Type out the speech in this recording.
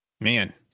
Man